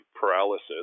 Paralysis